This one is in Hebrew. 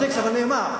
הטקסט, אבל נאמר.